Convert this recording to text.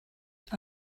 ond